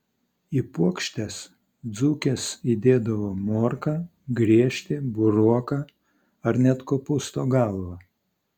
į puokštes dzūkės įdėdavo morką griežtį buroką ar net kopūsto galvą